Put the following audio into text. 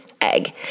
egg